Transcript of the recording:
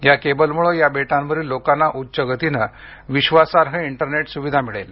या केबलमुळे या बेटांवरील लोकांना उच्च गतीने विश्वासार्ह इंटरनेट सुविधा मिळेल